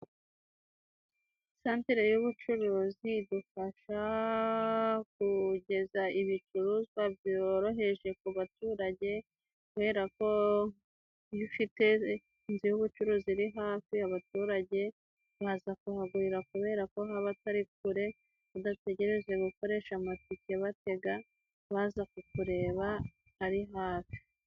Santere y'ubucuruzi idufasha kugeza ibicuruzwa byoroheje ku baturage. Kubera ko iyo ufite inzu y'ubucuruzi iri hafi y'abaturage, baza kuhagurira kubera ko aba atari kure, badategereje gukoresha amatike batega baza kukureba ari hafi.